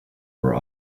were